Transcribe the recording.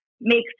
makes